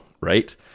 Right